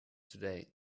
today